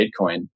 Bitcoin